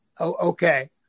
Okay